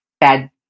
bad